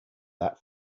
that